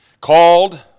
Called